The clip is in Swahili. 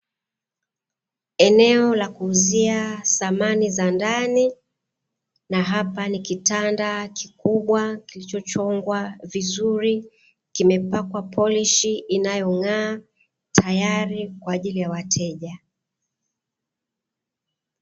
Eneo la kuuzia samani za ndani na hapa ni kitanda kikubwa kilichochongwa vizuri kimepakwa polishi inayong'aa tayari kwa ajili ya wateja.